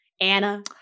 Anna –